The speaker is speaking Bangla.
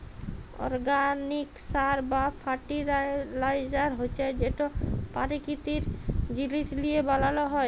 অরগ্যানিক সার বা ফার্টিলাইজার হছে যেট পাকিতিক জিলিস লিঁয়ে বালাল হ্যয়